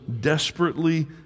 desperately